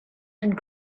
and